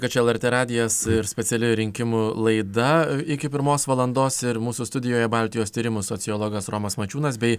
kad čia lrt radijas ir speciali rinkimų laida iki pirmos valandos ir mūsų studijoje baltijos tyrimų sociologas romas mačiūnas bei